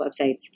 websites